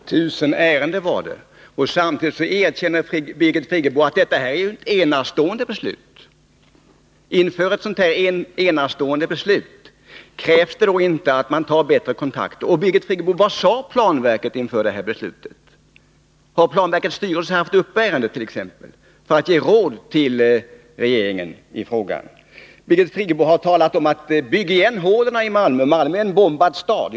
Herr talman! Tusen ärenden var det — och samtidigt erkänner Birgit Friggebo att detta är ett enastående beslut. Krävs det inte att man inför ett sådant här enastående beslut tar kontakt med vederbörande instanser? Vad sade planverket inför det här beslutet, Birgit Friggebo? Har planverkets styrelse haft ärendet uppe för att ge råd till regeringen i frågan? Birgit Friggebo har talat om att bygga igen hålen i Malmö — Malmö är en bombad stad.